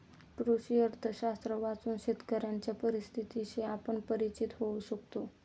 कृषी अर्थशास्त्र वाचून शेतकऱ्यांच्या परिस्थितीशी आपण परिचित होऊ शकतो